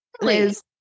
please